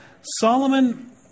Solomon